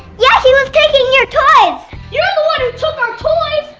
yeah, he was taking your toys! you're the one who took our toys!